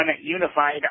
unified